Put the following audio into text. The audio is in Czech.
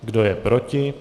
Kdo je proti?